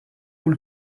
tout